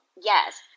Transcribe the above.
Yes